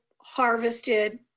harvested